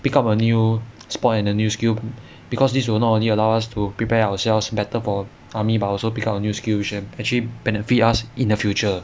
pick up a new sport and a new skill because this will not only allow us to prepare ourselves better for army but also pick up new skills and actually benefit us in the future